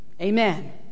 Amen